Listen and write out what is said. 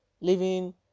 living